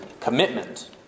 commitment